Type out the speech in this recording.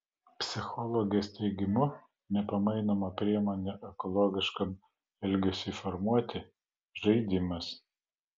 psichologės teigimu nepamainoma priemonė ekologiškam elgesiui formuoti žaidimas